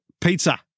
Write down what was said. pizza